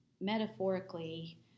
metaphorically